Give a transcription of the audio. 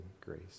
grace